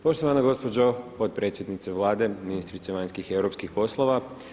Poštovana gospođo potpredsjednice Vlade, ministrice vanjskih i europskih poslova.